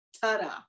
ta-da